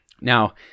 Now